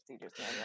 procedures